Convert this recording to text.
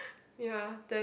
ya then